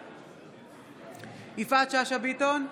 בעד יפעת שאשא ביטון,